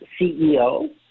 CEO